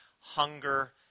Hunger